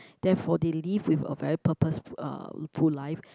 therefore they live with a very purpose~ uh ~ful life